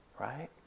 right